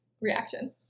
reaction